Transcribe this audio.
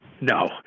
no